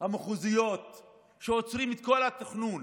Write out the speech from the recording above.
המחוזיות שעוצרות את כל התכנון